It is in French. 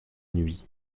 nuit